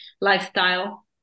lifestyle